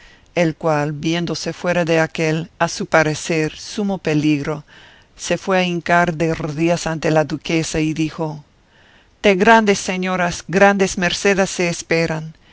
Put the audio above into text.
el cual viéndose fuera de aquel a su parecer sumo peligro se fue a hincar de rodillas ante la duquesa y dijo de grandes señoras grandes mercedes se esperan